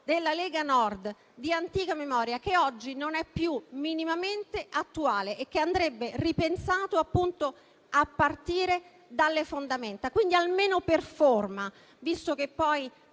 della Lega Nord di antica memoria, che oggi non è più minimamente attuale e che andrebbe ripensato, appunto, a partire dalle fondamenta. Dal momento che